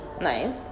Nice